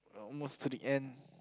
almost to the end